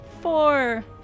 Four